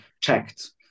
checked